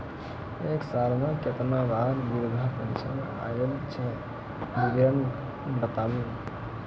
एक साल मे केतना बार वृद्धा पेंशन आयल छै विवरन बताबू?